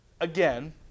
again